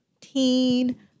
teen